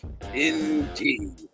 Indeed